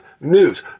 news